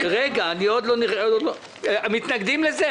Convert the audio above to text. מתנגדים לזה?